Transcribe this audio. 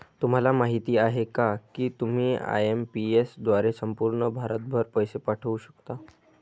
तुम्हाला माहिती आहे का की तुम्ही आय.एम.पी.एस द्वारे संपूर्ण भारतभर पैसे पाठवू शकता